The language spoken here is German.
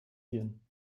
hirn